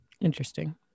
Interesting